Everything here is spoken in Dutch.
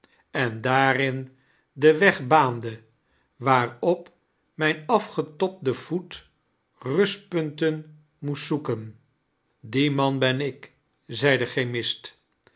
en daariai den weg baande waarop mijn afgetobde voet ruistpunten moest zoeken die man ben ik zei de chemist